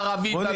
הערבית,